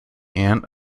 aunt